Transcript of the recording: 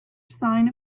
sign